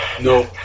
No